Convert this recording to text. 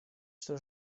что